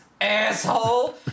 asshole